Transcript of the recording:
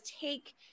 take